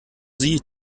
sie